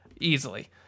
easily